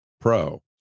pro